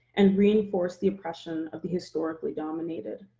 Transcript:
and reinforce the oppression of the historically dominated.